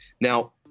now